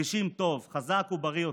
מרגישים טוב, חזק ובריא יותר.